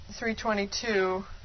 322